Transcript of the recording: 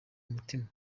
mutima